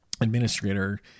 administrator